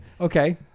okay